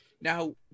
Now